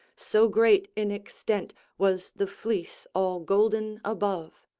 so great in extent was the fleece all golden above.